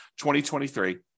2023